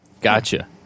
Gotcha